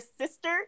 sister